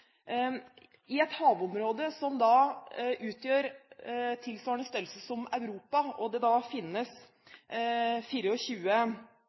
I et havområde som utgjør en størrelse tilsvarende Europa, og det finnes